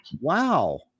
Wow